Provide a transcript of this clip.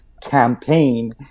campaign